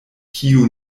kiu